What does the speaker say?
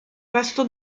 resto